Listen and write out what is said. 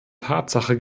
tatsache